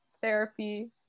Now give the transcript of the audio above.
therapy